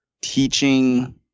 teaching